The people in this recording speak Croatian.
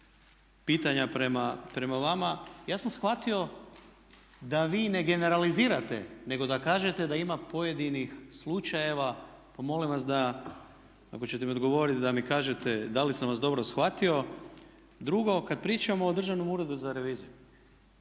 pitanja prema vama. Ja sam shvatio da vi ne generalizirate nego da kažete da ima pojedinih slučajeva pa molim vas da ako ćete odgovoriti da mi kažete da li sam vas dobro shvatio. Drugo, kad pričamo o Državnom uredu za reviziju